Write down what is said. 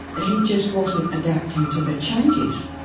he just wasn't adapting to the changes.